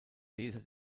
leser